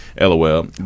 LOL